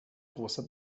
grosser